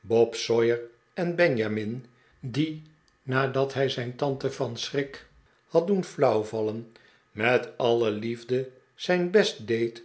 bob sawyer en benjamin die nadat hij zijn tante van schrik had doen flauwvallen met alle liefde zijn best deed